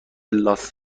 لاس